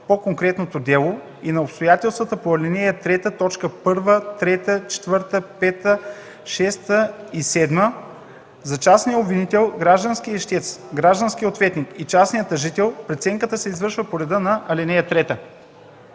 по конкретното дело и на обстоятелствата по ал. 3, т. 1, 3, 4, 5, 6 и 7. За частния обвинител, гражданския ищец, гражданския ответник и частния тъжител преценката се извършва по реда на ал. 3.”